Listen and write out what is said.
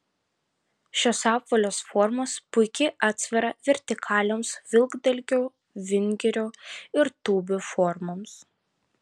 šios apvalios formos puiki atsvara vertikalioms vilkdalgių vingirių ir tūbių formoms